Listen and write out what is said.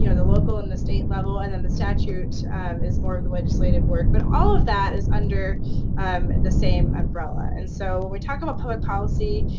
you know the local and the state level, and then the statute is more of the legislative work, but all of that is under um the same umbrella, and so when we talk about public policy,